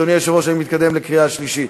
אדוני היושב-ראש, אני מתקדם לקריאה שלישית.